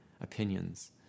opinions